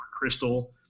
Crystal